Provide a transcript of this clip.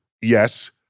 Yes